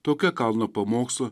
tokia kalno pamokslo